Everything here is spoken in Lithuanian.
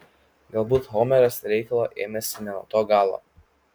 galbūt homeras reikalo ėmėsi ne nuo to galo